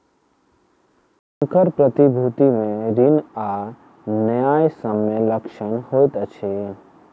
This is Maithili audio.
संकर प्रतिभूति मे ऋण आ न्यायसम्य लक्षण होइत अछि